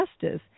justice